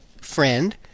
friend